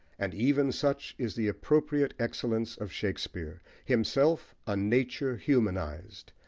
and even such is the appropriate excellence of shakespeare, himself a nature humanised,